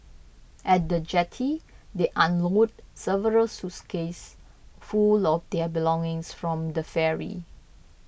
at the jetty they unload several suitcases full of their belongings from the ferry